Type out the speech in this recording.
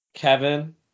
Kevin